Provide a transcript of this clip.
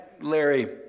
Larry